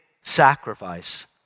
sacrifice